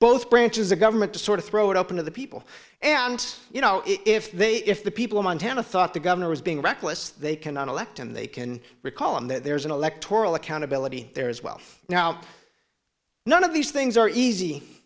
both branches of government to sort of throw it open to the people and you know if they if the people in montana thought the governor was being reckless they cannot elect him they can recall him that there's an electoral accountability there as well now none of these things are easy